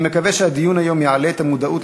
אני מקווה שהדיון היום יעלה את המודעות